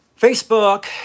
Facebook